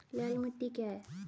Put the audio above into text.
लाल मिट्टी क्या है?